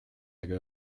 aga